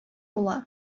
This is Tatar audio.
була